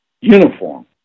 uniform